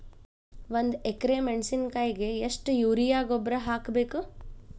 ಒಂದು ಎಕ್ರೆ ಮೆಣಸಿನಕಾಯಿಗೆ ಎಷ್ಟು ಯೂರಿಯಾ ಗೊಬ್ಬರ ಹಾಕ್ಬೇಕು?